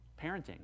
Parenting